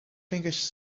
fingers